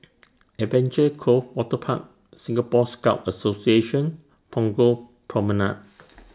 Adventure Cove Waterpark Singapore Scout Association Punggol Promenade